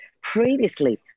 previously